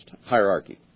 hierarchy